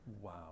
wow